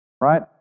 Right